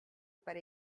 per